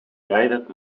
that